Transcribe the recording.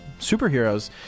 superheroes